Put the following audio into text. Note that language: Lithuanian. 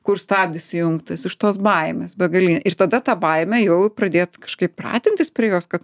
kur stabdis įjungtas iš tos baimės begalinė ir tada tą baimę jau pradėt kažkaip pratintis prie jos kad